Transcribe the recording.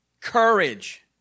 Courage